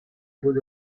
بود